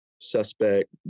Suspect